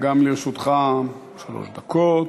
גם לרשותך שלוש דקות.